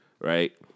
right